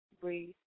breathe